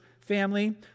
family